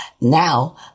Now